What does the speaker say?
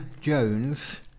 Jones